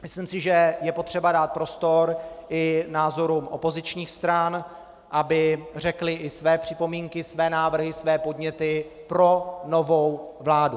Myslím si, že je potřeba dát prostor i názorům opozičních stran, aby řekly i své připomínky, své návrhy, své podněty pro novou vládu.